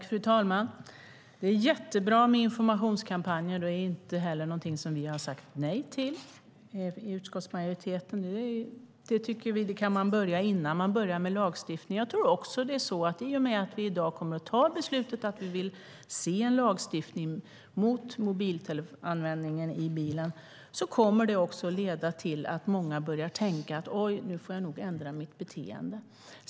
Fru talman! Det är bra med informationskampanjer, och det är inte heller något vi i utskottsmajoriteten har sagt nej till. Dem kan man börja med innan man går vidare till lagstiftning. I och med att vi i dag kommer att fatta beslut om en lagstiftning mot mobiltelefonanvändning i bilen kommer det att leda till att många börjar tänka på att de måste ändra sitt beteende.